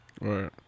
right